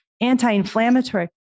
anti-inflammatory